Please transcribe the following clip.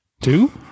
two